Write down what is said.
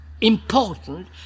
important